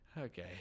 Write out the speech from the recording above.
okay